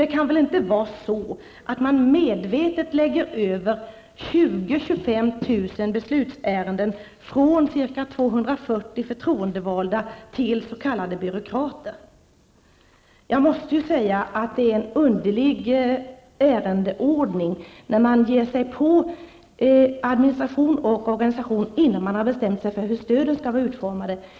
Det kan väl inte vara så att mellan 20 000 och 25 000 Jag måste säga att det är en underlig ärendeordning att ge sig på administration och organisation innan man har bestämt sig för hur stöden skall vara utformade.